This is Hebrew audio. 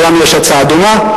ולנו יש הצעה דומה,